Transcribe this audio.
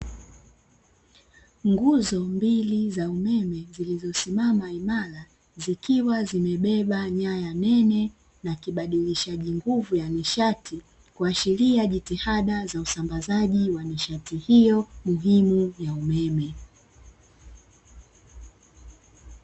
Nguzo mbili za umeme zilizosimama imara, zikiwa zimebeba nyaya nene na kibadilishaji nguvu ya nishati, kuashiria jitihada za usambazaji wa nishati hiyo muhimu ya umeme.